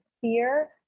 fear